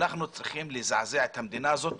אנחנו צריכים לזעזע את המדינה הזאת